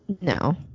No